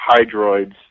hydroids